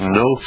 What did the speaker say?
no